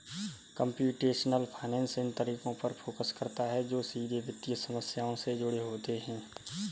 computational finance इन तरीकों पर फोकस करता है जो सीधे वित्तीय समस्याओं से जुड़े होते हैं